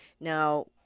Now